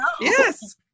Yes